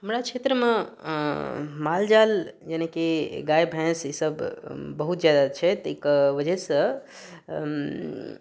हमरा क्षेत्रमे मालजाल जेनाकि गाइ भैँस ईसब बहुत ज्यादा छै ताहिके वजहसँ